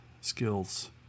skills